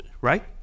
right